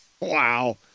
Wow